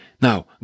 Now